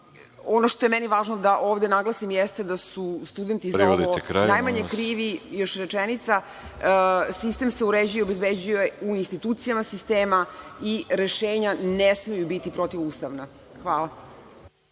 što je meni važno da ovde naglasim jeste da su studenti za ovo najmanje krivi. Sistem se uređuje i obezbeđuje u institucijama sistema i rešenja ne smeju biti protivustavna. Hvala.